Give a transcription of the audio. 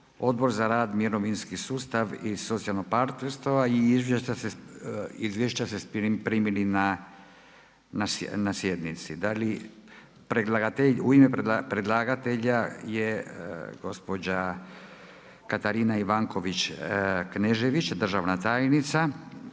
Odbor za rad, mirovinski sustav i socijalno partnerstvo. Izvješća ste primili na sjednici. Da li predlagatelj, u ime predlagatelja je gospođa Katarina Ivanković Knežević, državna tajnica.